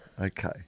Okay